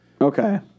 Okay